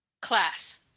Class